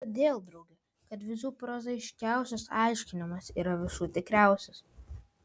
todėl drauge kad visų prozaiškiausias aiškinimas yra visų tikriausias